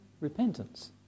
repentance